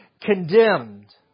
condemned